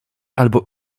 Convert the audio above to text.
albo